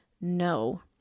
No